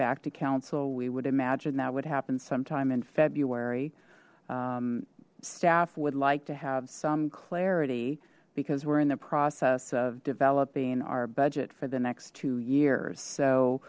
back to council we would imagine that would happen sometime in february staff would like to have some clarity because we're in the process of developing our budget for the next two years so